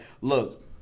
look